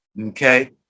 okay